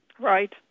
right